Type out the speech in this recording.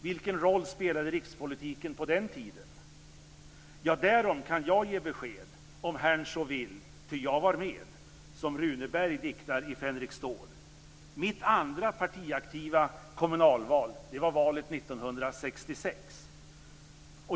Vilken roll spelade rikspolitiken på den tiden? Jo, därom kan jag ge besked, om herrn så vill, ty jag var med, som Runeberg diktar i Fänrik Stål. Mitt andra partiaktiva kommunalval var valet 1966.